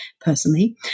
personally